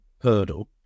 hurdle